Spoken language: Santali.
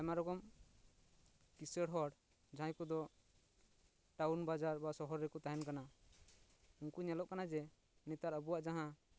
ᱟᱭᱢᱟ ᱨᱚᱠᱚᱢ ᱠᱤᱥᱟᱹᱲ ᱦᱚᱲ ᱡᱟᱦᱟᱸᱭ ᱠᱚᱫᱚ ᱴᱟᱣᱩᱱ ᱵᱟᱡᱟᱨ ᱵᱟ ᱥᱚᱦᱚᱨ ᱨᱮᱠᱚ ᱛᱟᱦᱮᱱ ᱠᱟᱱᱟ ᱩᱱᱠᱩ ᱧᱮᱞᱚᱜ ᱠᱟᱱᱟ ᱡᱮ ᱱᱮᱛᱟᱨ ᱟᱵᱚᱣᱟᱜ ᱡᱟᱦᱟᱸ